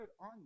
on